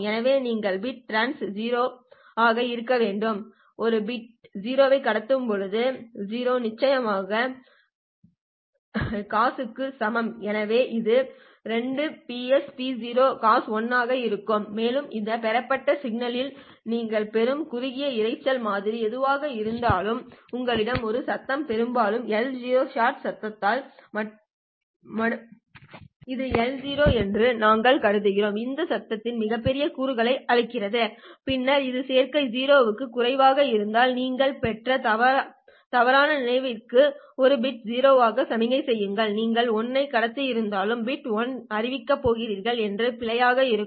எனவே நீங்கள் bit trans1 0 ஆக இருக்க வேண்டும் நீங்கள் பிட் 0 ஐ கடத்தும் போது course0 நிச்சயமாக to க்கு சமம் எனவே இது 2PsPLO cos0 1 ஆக இருக்கும் மேலும் இந்த பெறப்பட்ட சிக்னலில் நீங்கள் பெறும் குறுகிய இரைச்சல் மாதிரி எதுவாக இருந்தாலும் உங்களிடம் உள்ள சத்தம் பெரும்பாலும் LO ஷாட் சத்தத்தால் மட்டுப்படுத்தப்பட்டுள்ளது இது LO என்று நாங்கள் கருதுகிறோம் இது சத்தத்தின் மிகப்பெரிய கூறுகளை அளிக்கிறது பின்னர் இந்த சேர்க்கை 0 க்கும் குறைவாக இருந்தால் நீங்கள் பெற்றதை தவறாக நினைத்திருக்கலாம் ஒரு பிட் 0 ஆக சமிக்ஞை செய்யுங்கள் நீங்கள் 1 ஐ கடத்தியிருந்தாலும் பிட் 1 என அறிவிக்கப் போகிறீர்கள் அது பிழையாக இருக்கும்